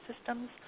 systems